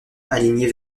alignées